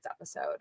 episode